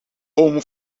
home